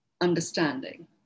understanding